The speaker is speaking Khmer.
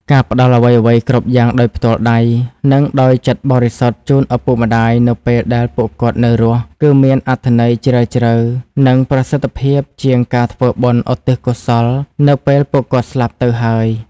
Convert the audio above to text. ការផ្តល់អ្វីៗគ្រប់យ៉ាងដោយផ្ទាល់ដៃ និងដោយចិត្តបរិសុទ្ធជូនឪពុកម្តាយនៅពេលដែលពួកគាត់នៅរស់ គឺមានអត្ថន័យជ្រាលជ្រៅ និងប្រសិទ្ធភាពជាងការធ្វើបុណ្យឧទ្ទិសកុសលនៅពេលពួកគាត់ស្លាប់ទៅហើយ។